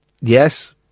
Yes